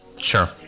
Sure